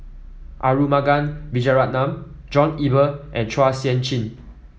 Arumugam Vijiaratnam John Eber and Chua Sian Chin